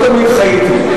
לא תמיד חייתי.